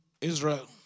Israel